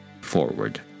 forward